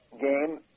game